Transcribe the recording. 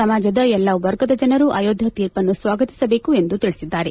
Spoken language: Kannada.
ಸಮಾಜದ ಎಲ್ಲ ವರ್ಗದ ಜನರು ಅಯೋಧ್ಯೆ ತೀರ್ಪನ್ನು ಸ್ವಾಗತಿಸಬೇಕು ಎಂದು ತಿಳಿಸಿದ್ದಾರೆ